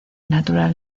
natural